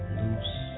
loose